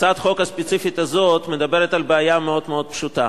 הצעת החוק הספציפית הזאת מדברת על בעיה מאוד מאוד פשוטה.